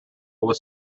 was